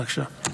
בבקשה.